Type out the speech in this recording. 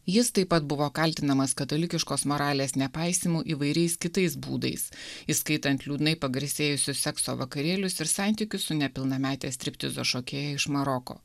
jis taip pat buvo kaltinamas katalikiškos moralės nepaisymu įvairiais kitais būdais įskaitant liūdnai pagarsėjusius sekso vakarėlius ir santykius su nepilnamete striptizo šokėja iš maroko